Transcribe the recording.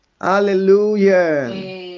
hallelujah